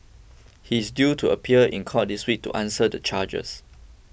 he is due to appear in court this week to answer the charges